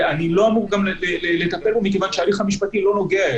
ואני לא אמור גם לטפל בו משום שההליך המשפטי לא נוגע אליו.